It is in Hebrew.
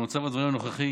במצב הדברים הנוכחי,